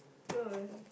no